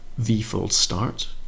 vFoldStart